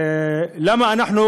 למה אנחנו